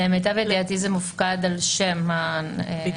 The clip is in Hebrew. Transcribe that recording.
למיטב ידיעתי זה מופקד על שם הנאשם,